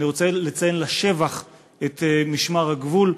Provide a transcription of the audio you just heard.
אני רוצה לציין לשבח את משמר הגבול,